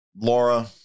Laura